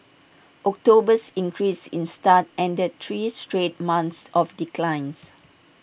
October's increase in starts ended three straight months of declines